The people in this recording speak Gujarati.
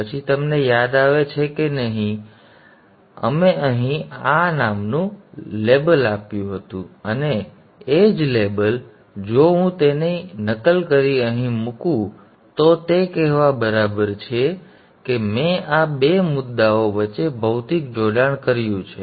પણ પછી તમને યાદ આવે છે કે અમે અહીં ઓ નામનું લેબલ આપ્યું હતું અને એ જ લેબલ જો હું તેની નકલ કરીને અહીં મૂકું તો તે કહેવા બરાબર છે કે મેં આ બે મુદ્દાઓ વચ્ચે ભૌતિક જોડાણ કર્યું છે